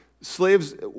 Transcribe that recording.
Slaves